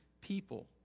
people